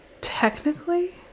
technically